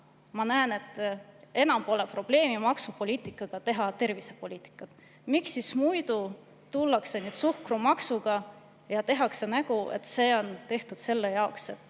ma näen, et enam pole probleemi teha maksupoliitikaga tervisepoliitikat. Miks siis muidu tullakse suhkrumaksuga ja tehakse nägu, et see on tehtud sellepärast,